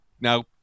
now